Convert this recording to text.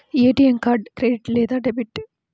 ATM card credit లేదా debit?